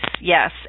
yes